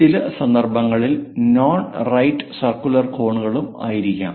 ചില സന്ദർഭങ്ങളിൽ non right circular cone ആയിരിക്കാം